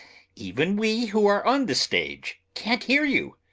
even we who are on the stage can't hear you.